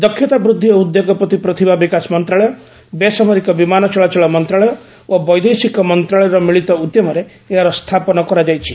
ଦକ୍ଷତା ବୃଦ୍ଧି ଓ ଉଦ୍ୟୋଗପତି ପ୍ରତିଭା ବିକାଶ ମନ୍ତ୍ରଣାଳୟ ବେସାମରିକ ବିମାନ ଚଳାଚଳ ମନ୍ତ୍ରଣାଳୟ ଓ ବୈଦେଶିକ ମନ୍ତ୍ରଣାଳୟର ମିଳିତ ଉଦ୍ୟମରେ ଏହାର ସ୍ଥାପନ କରାଯାଇଛି